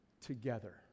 together